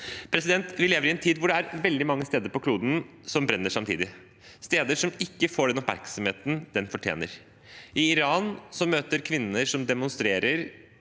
stat. Vi lever i en tid hvor det er veldig mange steder på kloden som brenner samtidig, steder som ikke får den oppmerksomheten de fortjener. I Iran møtes kvinner som demonstrerer,